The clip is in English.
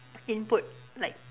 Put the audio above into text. input like